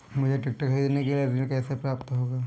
मुझे ट्रैक्टर खरीदने के लिए ऋण कैसे प्राप्त होगा?